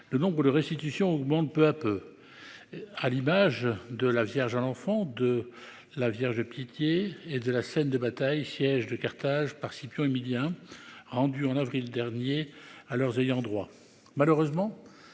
le nombre le restitution augmente peu à peu. À l'image de la Vierge à l'enfant de la Vierge de pitié et de la scène de bataille siège de Carthage par Scipion Émilien rendu en avril dernier à leurs ayants droit. Malheureusement.